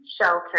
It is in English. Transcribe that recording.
shelter